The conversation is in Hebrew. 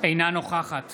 אינה נוכחת